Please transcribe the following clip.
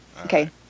Okay